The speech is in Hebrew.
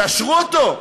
תאשרו אותו.